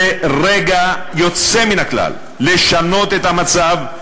זה רגע יוצא מן הכלל לשנות את המצב,